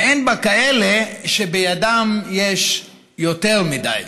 ואין בה כאלה שבידם יש יותר מדי.